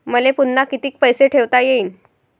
मले पुन्हा कितीक पैसे ठेवता येईन?